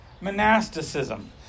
Monasticism